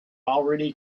already